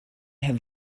had